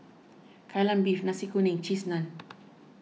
Kai Lan Beef Nasi Kuning and Cheese Naan